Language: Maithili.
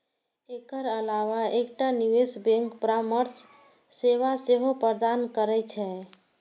एकर अलावा एकटा निवेश बैंक परामर्श सेवा सेहो प्रदान करै छै